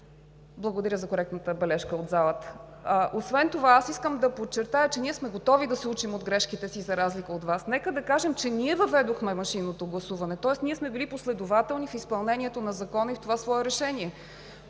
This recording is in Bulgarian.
Благодаря за коректната бележка от залата. Освен това искам да подчертая, че ние сме готови да се учим от грешките си, за разлика от Вас. Нека да кажем, че ние въведохме машинното гласуване, тоест ние сме били последователни в изпълнението на Закона и в това свое решение.